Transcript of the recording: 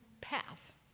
path